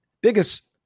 Biggest